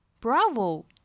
Bravo